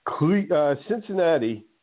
Cincinnati